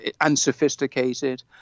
unsophisticated